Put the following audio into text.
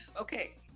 okay